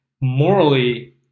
morally